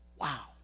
Wow